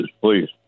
please